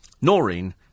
Noreen